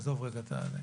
עזוב רגע את הזה.